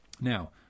now